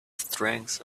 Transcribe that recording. strength